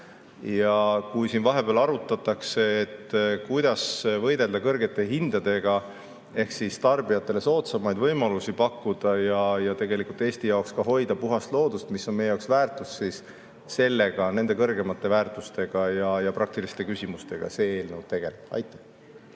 Kui siin vahepeal arutatakse, kuidas võidelda kõrgete hindadega ehk pakkuda tarbijatele soodsamaid võimalusi ja Eesti jaoks ka hoida puhast loodust, mis on meie jaoks väärtus, siis sellega, nende kõrgemate väärtuste ja praktiliste küsimustega, see eelnõu tegeleb. Aitäh!